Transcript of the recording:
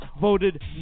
voted